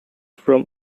from